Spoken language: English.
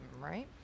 right